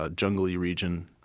ah jungly region,